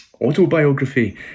autobiography